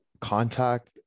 contact